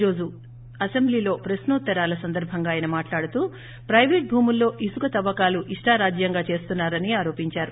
ఈ రోజు అసెంబ్లీలో ప్రక్సోత్తరాల సందర్బంగా ఆయన మాట్లాడుతూ ప్లెపేట్ భూముల్లో ఇసుక తవ్వకాలు ఇష్టారాజ్యంగా చేస్తున్నారని ఆరోపించారు